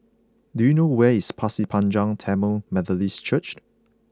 do you know where is Pasir Panjang Tamil Methodist Church